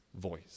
voice